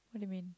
what do you mean